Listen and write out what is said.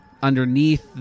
underneath